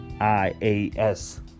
I-A-S